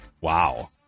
Wow